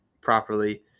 properly